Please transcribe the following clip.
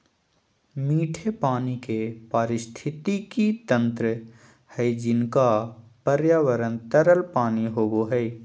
मीठे पानी के पारिस्थितिकी तंत्र हइ जिनका पर्यावरण तरल पानी होबो हइ